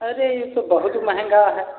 अरे ये तो बहुत महंगा है